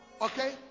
okay